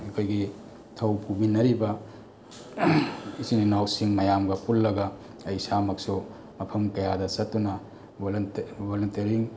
ꯑꯩꯈꯣꯏꯒꯤ ꯊꯧ ꯄꯨꯃꯤꯟꯅꯔꯤꯕ ꯏꯆꯤꯟ ꯏꯅꯥꯎꯁꯤꯡ ꯃꯌꯥꯝꯒ ꯄꯨꯜꯂꯒ ꯑꯩ ꯏꯁꯥꯃꯛꯁꯨ ꯃꯐꯝ ꯀꯌꯥꯗ ꯆꯠꯇꯨꯅ ꯕꯣꯂꯟꯇꯔꯤ